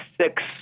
six